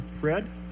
Fred